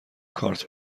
کارت